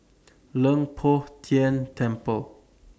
Leng Poh Tian Temple